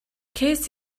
ces